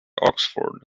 oxford